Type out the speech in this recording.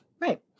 Right